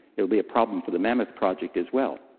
it will be a problem for the mammoth project as well.